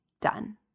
done